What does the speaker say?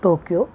Tokyo